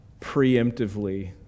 preemptively